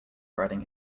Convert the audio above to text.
riding